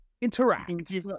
interact